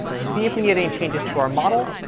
see if we get any changes to our model,